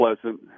pleasant